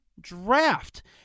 draft